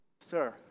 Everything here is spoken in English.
Sir